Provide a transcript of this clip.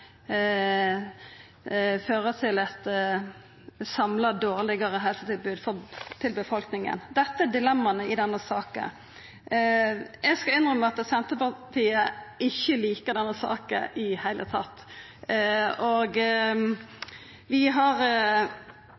til eit samla dårlegare helsetilbod til befolkninga. Dette er dilemmaa i denne saka. Eg skal innrømma at Senterpartiet ikkje liker denne saka i det heile. Vi har